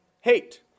hate